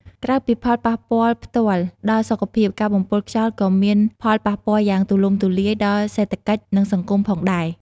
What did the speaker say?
ក្រៅពីផលប៉ះពាល់ផ្ទាល់ដល់សុខភាព ការបំពុលខ្យល់ក៏មានផលប៉ះពាល់យ៉ាងទូលំទូលាយដល់សេដ្ឋកិច្ច និងសង្គមផងដែរ។